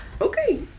Okay